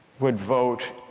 would vote